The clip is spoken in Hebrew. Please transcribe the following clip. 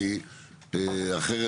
כי אחרת,